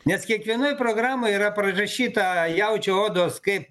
nes kiekvienoj programoj yra prirašyta jaučio odos kai